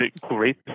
Great